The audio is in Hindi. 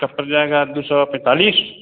उसका पड़ जाएगा दो सौ पैंतालीस